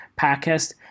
podcast